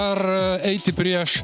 ar eiti prieš